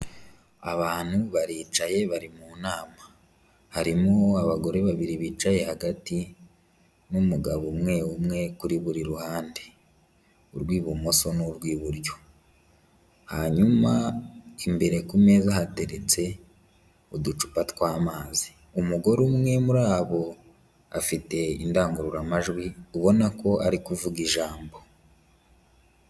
Abantu baricaye bari mu nama, harimo abagore babiri bicaye hagati n'umugabo umwe umwe kuri buri ruhande urw'ibumoso n'urw'iburyo, hanyuma imbere ku meza hateretse uducupa tw'amazi, umugore umwe muri abo afite indangururamajwi ubona ko ari kuvuga ijambo.